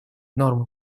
нормы